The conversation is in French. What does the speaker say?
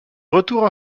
retour